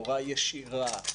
בהוראה ישירה,